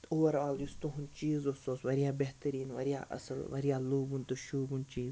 تہٕ اوٚوَرآل یُس تُہُنٛد چیٖز اوس سُہ اوس واریاہ بہتریٖن واریاہ اَصٕل واریاہ لوٗبوُن تہٕ شوٗبوُن چیٖز